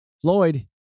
Floyd